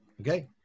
Okay